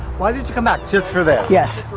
why did you come back, just for this? yes.